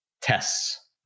tests